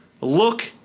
look